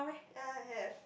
ya I have